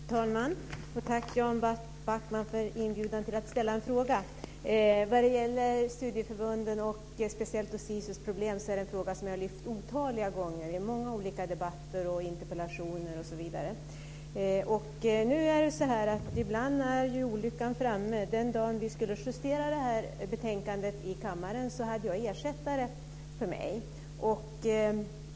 Fru talman! Jag tackar Jan Backman för inbjudan att ställa en fråga. Studieförbunden, och då speciellt Sisus problem, är en fråga som jag har lyft otaliga gånger i många debatter och interpellationer. Ibland är olyckan framme. Den dagen vi skulle justera betänkandet i utskottet hade jag en ersättare för mig.